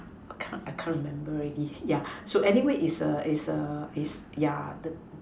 I can't I can't remember already yeah so anyway is a is a is yeah